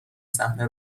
صحنه